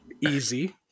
easy